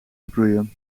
sproeien